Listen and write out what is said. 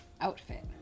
outfit